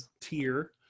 tier